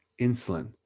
insulin